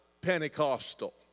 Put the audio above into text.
Pentecostal